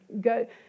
go